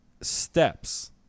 steps